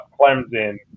Clemson